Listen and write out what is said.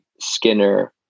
Skinner